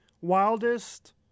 wildest